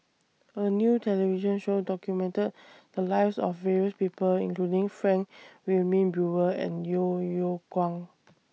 A New television Show documented The Lives of various People including Frank Wilmin Brewer and Yeo Yeow Kwang